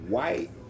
White